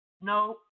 no